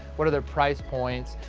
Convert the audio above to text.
what are their price points?